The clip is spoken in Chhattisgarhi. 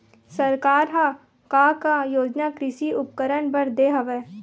सरकार ह का का योजना कृषि उपकरण बर दे हवय?